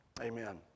Amen